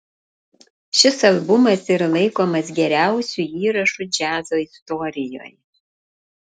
šis albumas yra laikomas geriausiu įrašu džiazo istorijoje